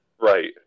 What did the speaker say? Right